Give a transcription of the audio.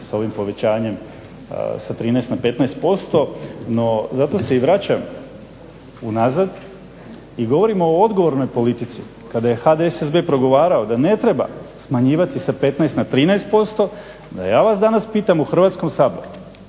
sa ovim povećanjem sa 13 na 15%. No, zato se i vraćam unazad i govorim o odgovornoj politici. Kada je HDSSB progovarao da ne treba smanjivati sa 15 na 13% da ja vas danas pitam u Hrvatskom saboru,